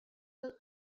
will